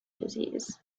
disease